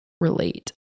relate